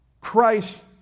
Christ